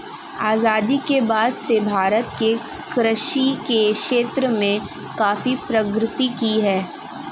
आजादी के बाद से भारत ने कृषि के क्षेत्र में काफी प्रगति की है